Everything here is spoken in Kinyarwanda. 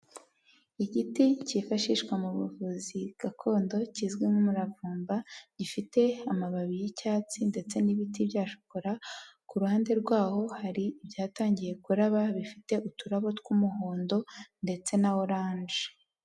Igiti cyifashishwa mu buvuzi gakondo kizwi nk'umuravumba gifite amababi y'icyatsi ndetse n'ibiti bya shokora, ku ruhande rwaho hari ibyatangiye kuraba bifite uturabo tw'umuhondo ndetse na oranje.